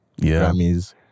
Grammys